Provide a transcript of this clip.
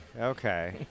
okay